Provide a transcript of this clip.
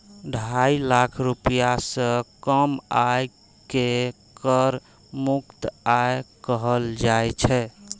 ढाई लाख रुपैया सं कम आय कें कर मुक्त आय कहल जाइ छै